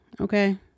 okay